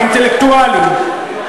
האינטלקטואלים.